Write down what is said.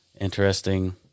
interesting